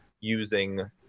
using